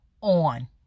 on